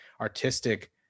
artistic